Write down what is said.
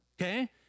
okay